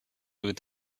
with